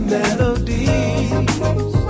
melodies